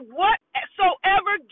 whatsoever